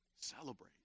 Celebrate